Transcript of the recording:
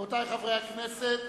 רבותי חברי הכנסת,